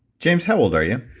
james, how old are you?